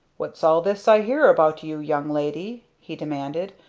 what's all this i hear about you, young lady? he demanded,